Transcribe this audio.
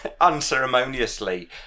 Unceremoniously